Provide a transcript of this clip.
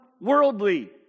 worldly